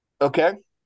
Okay